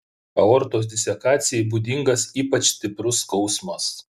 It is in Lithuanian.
aortos disekacijai būdingas ypač stiprus skausmas